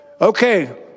Okay